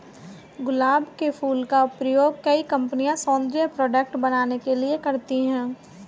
गुलाब के फूल का प्रयोग कई कंपनिया सौन्दर्य प्रोडेक्ट बनाने के लिए करती है